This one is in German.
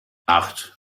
acht